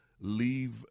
Leave